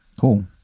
Cool